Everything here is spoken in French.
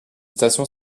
station